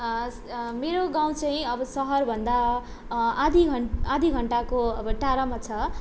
मेरो गाउँ चाहिँ अब सहरभन्दा आधी घन्टा आधी घन्टाको अब टाढामा छ